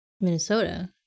minnesota